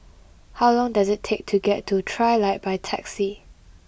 how long does it take to get to Trilight by taxi